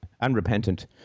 unrepentant